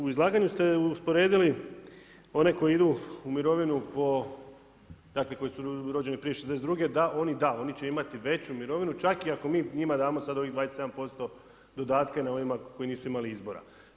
U izlaganju ste usporedili one koji idu u mirovinu po, dakle, koji su rođeni prije 62. da oni da oni će imati veću mirovinu čak i ako mi njima damo sad ovih 27% dodatke na ovima koji nisu imali izbora.